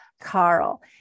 Carl